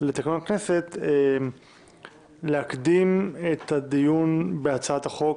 לתקנון הכנסת להקדים את הדיון בהצעת החוק